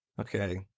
Okay